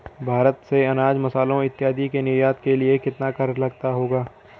भारत से अनाज, मसालों इत्यादि के निर्यात के लिए कितना कर लगता होगा?